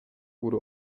wurde